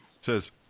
Says